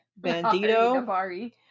Bandito